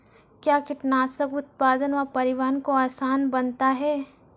कया कीटनासक उत्पादन व परिवहन को आसान बनता हैं?